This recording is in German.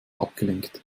abgelenkt